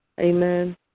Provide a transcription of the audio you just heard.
Amen